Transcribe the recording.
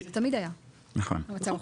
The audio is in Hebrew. זה תמיד היה המצב החוקי.